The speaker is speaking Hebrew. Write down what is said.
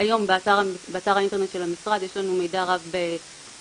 שהיום באתר האינטרנט של המשרד יש לנו מידע רב בערבית.